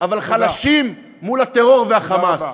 אבל חלשים מול הטרור וה'חמאס'".